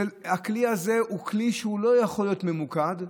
הכלי הזה הוא כלי שלא יכול להיות ממוקד,